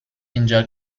اینجا